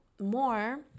more